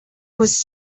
was